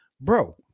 Bro